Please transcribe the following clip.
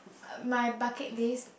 my bucket list